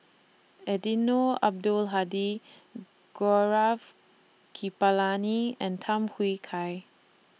Eddino Abdul Hadi Gaurav Kripalani and Tham Hui Kai